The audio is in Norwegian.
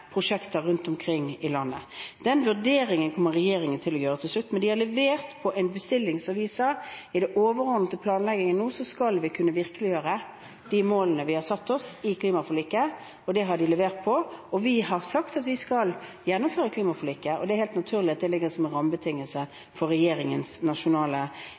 prosjekter rundt omkring i landet. Den vurderingen kommer regjeringen til å gjøre til slutt, men de har levert på en bestilling som vi ga. I den overordnede planleggingen skal vi kunne virkeliggjøre de målene vi har satt oss i klimaforliket, og det har de levert på. Vi har sagt at vi skal gjennomføre klimaforliket, og det er helt naturlig at det ligger som en rammebetingelse for regjeringens nasjonale